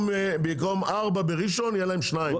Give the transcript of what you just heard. במקום ארבע בראשון יהיה להם שניים.